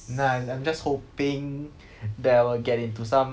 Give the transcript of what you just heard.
no I'm I'm just hoping that I will get into some